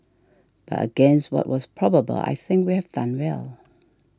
but against what was probable I think we have done well